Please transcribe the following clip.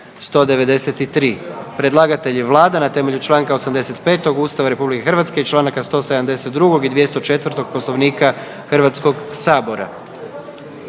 193. Predlagatelj je Vlada na temelju Članka 85. Ustava RH i Članaka 172. i 204. Poslovnika Hrvatskog sabora.